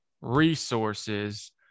resources